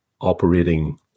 operating